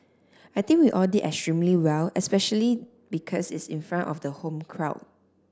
I think we all did extremely well especially because it's in front of the home crowd